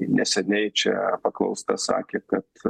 neseniai čia paklausta sakė kad